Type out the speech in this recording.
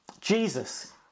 Jesus